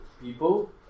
people